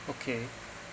okay